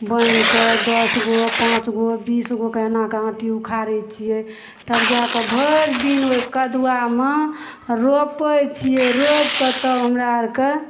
बान्हिके दस गो पाँच गो बीस गो कऽ एना कऽ आँटी उखारै छियै तब जाके भरि दिन ओ कदुआमे रोपै छियै रोपिके तब हमरा अरके